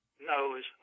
knows